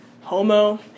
homo